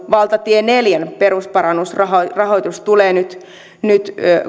valtatie neljän perusparannusrahoitus tulee nyt nyt